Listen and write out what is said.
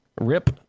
Rip